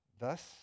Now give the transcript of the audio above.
Thus